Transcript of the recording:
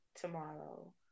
tomorrow